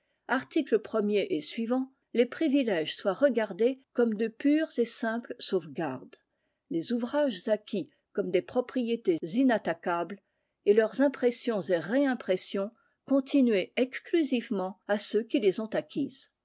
articles premier et suivants les privilèges soient regardés comme de pures et simples sauvegardes les ouvrages acquis comme des propriétés inattaquables et leurs impressions et réimpressions continuées exclusivement à ceux qui les ont acquises